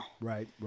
Right